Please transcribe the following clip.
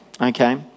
okay